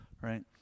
right